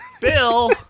Bill